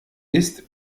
ist